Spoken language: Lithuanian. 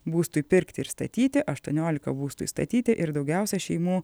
būstui pirkti ir statyti aštuoniolika būstui statyti ir daugiausia šeimų